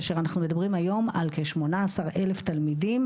כאשר אנחנו מדברים היום על כ-18,000 תלמידים.